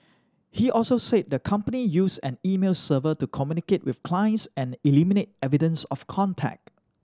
he also said the company used an email server to communicate with clients and eliminate evidence of contact